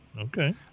Okay